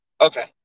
okay